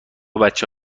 بچه